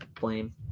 blame